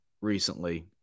recently